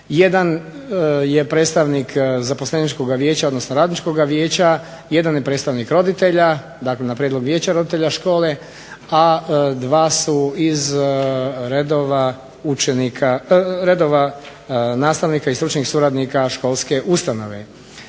1 je predstavnik Radničkog vijeća, 1 je predstavnik roditelja na prijedlog Vijeća roditelja škole, a 2 su iz redova nastavnika i stručnih suradnika školske ustanove.